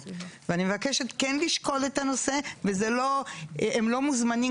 ואני מבקשת כן לשקול את הנושא והם לא מוזמנים,